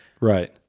Right